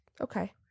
Okay